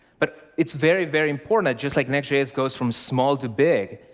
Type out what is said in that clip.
but it's very, very important, just like next js goes from small to big,